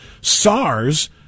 SARS